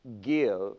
Give